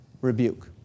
rebuke